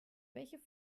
welche